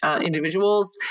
individuals